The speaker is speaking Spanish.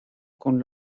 con